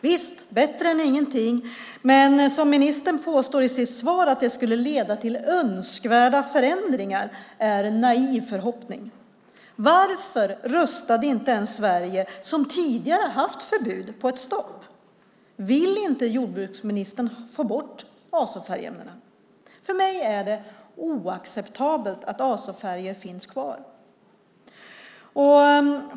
Visst, det är bättre än ingenting, men när ministern påstår i sitt svar att det skulle leda till önskvärda förändringar är det en naiv förhoppning. Varför röstade inte ens Sverige, som tidigare haft förbud, för ett stopp? Vill inte jordbruksministern få bort azofärgämnena? För mig är det oacceptabelt att azofärger finns kvar.